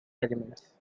elements